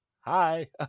Hi